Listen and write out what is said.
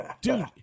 dude